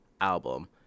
album